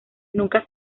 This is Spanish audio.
nunca